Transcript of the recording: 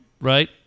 right